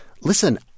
listen